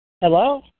Hello